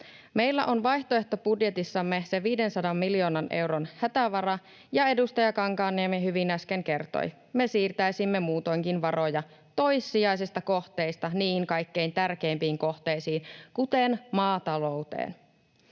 Meillä on vaihtoehtobudjetissamme se 500 miljoonan euron hätävara, ja edustaja Kankaanniemi hyvin äsken kertoi, että me siirtäisimme muutoinkin varoja toissijaisista kohteista niihin kaikkein tärkeimpiin kohteisiin, kuten maatalouteen.